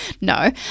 No